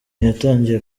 yatangiye